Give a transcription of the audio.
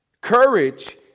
Courage